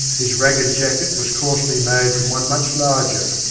his ragged jacket was coarsely made from one much larger,